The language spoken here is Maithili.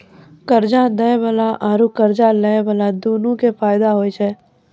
कर्जा दै बाला आरू कर्जा लै बाला दुनू के फायदा होय छै